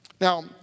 Now